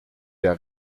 der